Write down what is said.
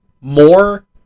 more